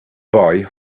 boy